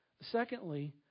Secondly